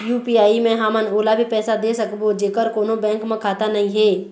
UPI मे हमन ओला भी पैसा दे सकबो जेकर कोन्हो बैंक म खाता नई हे?